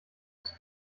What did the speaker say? des